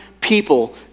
people